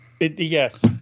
Yes